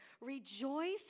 Rejoice